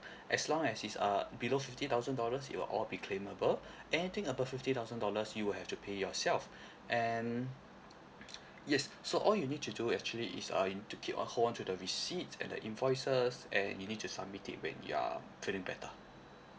as long as it's uh below fifty thousand dollars it will all be claimable anything above fifty thousand dollars you will have to pay yourself and yes so all you need to do actually is uh you need to keep uh hold on to the receipt and the invoices and you need to submit it when you are feeling better